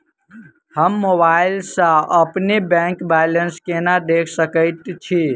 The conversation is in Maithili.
हम मोबाइल सा अपने बैंक बैलेंस केना देख सकैत छी?